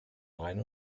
rhein